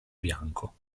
bianco